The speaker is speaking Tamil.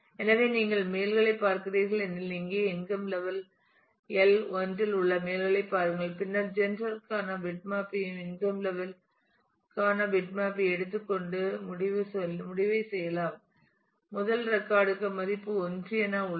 எனவே நீங்கள் மேல் களைப் பார்க்கிறீர்கள் எனில் இங்கே இன்கம் லெவல் எல் 1 இல் உள்ள களை பாருங்கள் பின்னர் நீங்கள் ஜெண்டர் ற்கான பிட்மேப்பையும் இன்கம் லெவல் ற்கான பிட்மேப்பையும் எடுத்துக்கொண்டு முடிவைச் செய்யலாம் முதல் ரெக்கார்ட் க்கு மதிப்பு 1 என உள்ளது